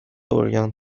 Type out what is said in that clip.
عریان